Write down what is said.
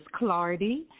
Clardy